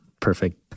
perfect